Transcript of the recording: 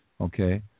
Okay